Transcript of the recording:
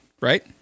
right